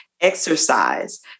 exercise